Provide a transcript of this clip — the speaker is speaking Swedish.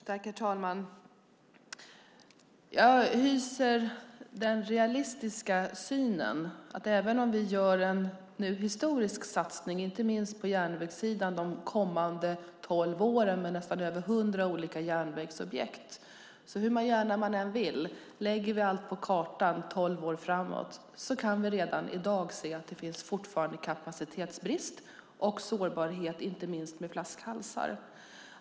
Herr talman! Jag hyser en realistisk syn. Vi gör nu en historisk satsning, inte minst på järnvägssidan under de kommande tolv åren med nästan 100 olika järnvägsobjekt. Lägger vi allt på kartan tolv år framåt kan vi trots detta redan i dag se att det fortfarande finns kapacitetsbrist och sårbarhet, inte minst med flaskhalsar.